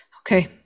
okay